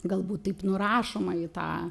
galbūt taip nurašoma į tą